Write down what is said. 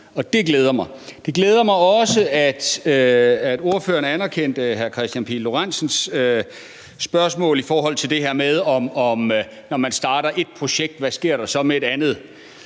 Og det glæder mig. Det glæder mig også, at ordføreren anerkendte hr. Kristian Pihl Lorentzens spørgsmål i forhold til det her med, hvad der, når man starter ét projekt, så sker med et andet.